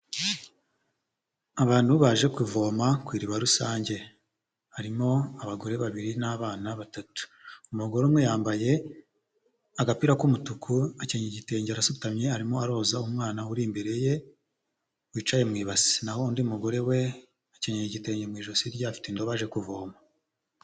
Abantu baje kuvoma ku iriba rusange, harimo abagore babiri n'abana batatu, umugore umwe yambaye agapira k'umutuku akenyeye igitenge, arasutamye arimo aroza umwana uri imbere ye wicaye mu ibase, naho undi mugore we akenyeye igitenge mu ijosi rye afite indobo aje kuvoma.